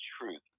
truth